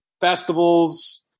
festivals